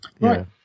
Right